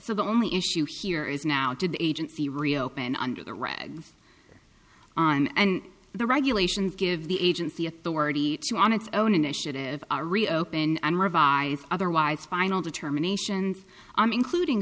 so the only issue here is now did the agency reopen under the red on and the regulations give the agency authority to on its own initiative reopen and revise otherwise final determinations i'm including